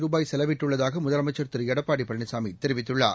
ரூபாய் செலவிட்டுள்ளதாகமுதலமைச்சர் திருளடப்பாடிபழனிசாமிதெரிவித்துள்ளார்